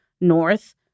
north